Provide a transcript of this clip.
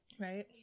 right